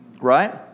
right